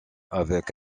avec